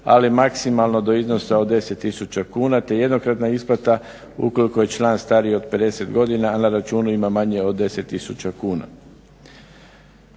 ali maksimalno do iznosa od deset tisuća kuna do jednokratna isplata ukoliko je član stariji od 50 godina a na računu ima manje od 10 tisuća kuna.